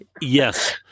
Yes